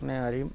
പിന്നാരെയും